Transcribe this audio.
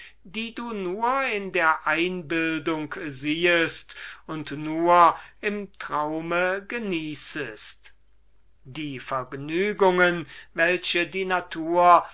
die du nur in der einbildung siehest und nur im traume genießest die vergnügungen welche die natur